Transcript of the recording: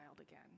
again